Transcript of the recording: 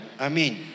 amen